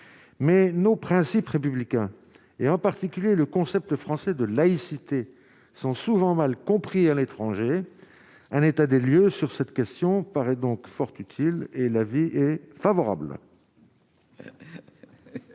mais nos principes républicains et en particulier le concept français de laïcité sont souvent mal compris à l'étranger, un état des lieux sur cette question paraît donc fort utile et la vie est favorable.